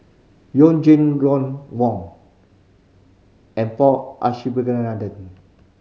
You Jin Ron Wong and Paul Abisheganaden